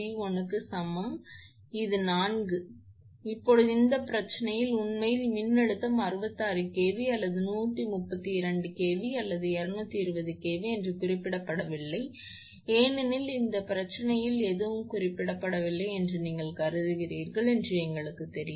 எனவே இப்போது இந்த பிரச்சனையில் உண்மையில் மின்னழுத்தம் 66KV அல்லது 132KV அல்லது 220KV என்று குறிப்பிடப்படவில்லை ஏனெனில் இந்த பிரச்சனையில் எதுவும் குறிப்பிடப்படவில்லை என்று நீங்கள் கருதுகிறீர்கள் என்று எங்களுக்குத் தெரியும்